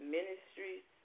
Ministries